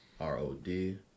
R-O-D